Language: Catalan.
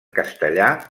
castellà